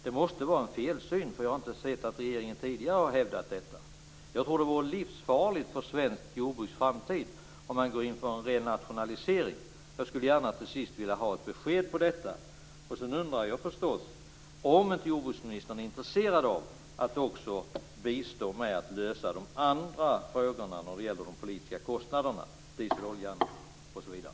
Det måste vara en felsyn, eftersom jag inte har sett att regeringen tidigare har hävdat detta. Jag tror att det vore livsfarligt för svenskt jordbruks framtid om man går in för en renationalisering. Jag skulle till sist gärna vilja ha ett besked om detta. Jag undrar förstås också om jordbruksministern inte är intresserad av att bistå med att lösa de andra frågorna när det gäller de politiska kostnaderna i fråga om dieseloljan osv.